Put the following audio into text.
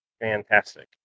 fantastic